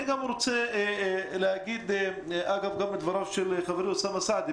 אני רוצה להגיב גם לדבריו של חברי, אוסאמה סעדי.